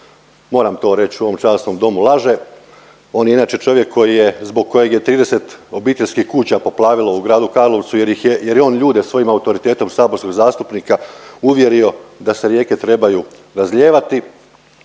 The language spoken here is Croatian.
moram to reći u ovom časnom Domu laže. On je inače čovjek koji je, zbog kojeg je 30 obiteljskih kuća poplavilo u gradu Karlovcu, jer je on ljude svojim autoritetom saborskog zastupnika uvjerio da se rijeke trebaju razlijevati.